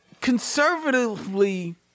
conservatively